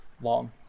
long